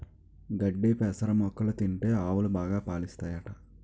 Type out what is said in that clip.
గడ్డి పెసర మొక్కలు తింటే ఆవులు బాగా పాలుస్తాయట